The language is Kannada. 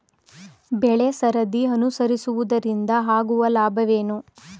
ಬೆಳೆಸರದಿ ಅನುಸರಿಸುವುದರಿಂದ ಆಗುವ ಲಾಭವೇನು?